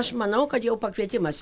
aš manau kad jau pakvietimas